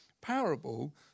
parable